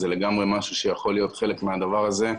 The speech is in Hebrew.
זה לגמרי משהו שיכול להיות חלק מהדבר הזה,